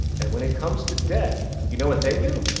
and when it comes to debt, you know what they do?